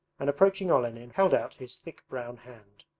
and approaching olenin held out his thick brown hand.